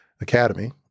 Academy